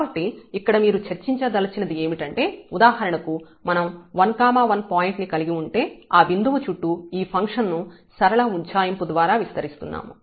కాబట్టి ఇక్కడ మీరు చర్చించదలచినది ఏమిటంటే ఉదాహరణకు మనం 1 1 పాయింట్ ను కలిగి ఉంటే ఆ బిందువు చుట్టూ ఈ ఫంక్షన్ ను సరళ ఉజ్జాయింపు ద్వారా విస్తరిస్తున్నాము